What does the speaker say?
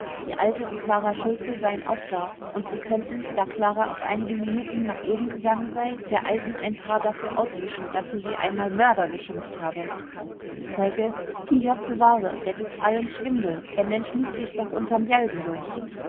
die alte und klara schultze seien auch da und sie könnten da klara auf einige minuten nach oben gegangen sei der alten ein paar dafür auswischen daß sie sie einmal mörder geschimpft habe zeuge i jott bewahre det is allens schwindel der mensch lügt sich noch unterm jalgen durch